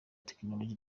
technology